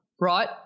Right